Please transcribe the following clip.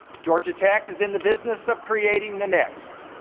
georgia tech is in the business of creating the next,